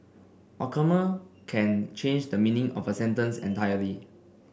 a comma can change the meaning of a sentence entirely